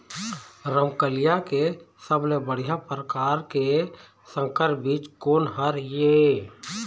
रमकलिया के सबले बढ़िया परकार के संकर बीज कोन हर ये?